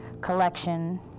collection